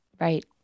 Right